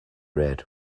red